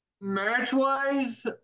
match-wise